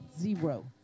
Zero